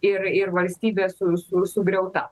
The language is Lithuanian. ir ir valstybė su su sugriauta